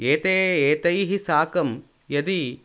एते एतैः साकं यदि